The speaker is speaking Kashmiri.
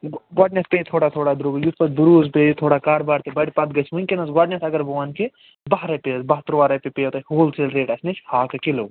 گۄڈٕنیٚتھ پے تھوڑا تھوڑا درٛوگٕے یُتھ پتہٕ دُروٗز پیہِ تھوڑا کاربار تہِ بڑِ پتہٕ گژھہٕ وُنکیٚس گۄڈٕنیٚتھ اگر بہٕ وَنہٕ کہِ باہ رۄپیہِ حظ باہ تُرٛواہ رۄپیہِ پیٚیو تۄہہِ ہول سیل ریٹ اسہِ نِش ہاکہٕ کِلوٗ